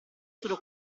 solo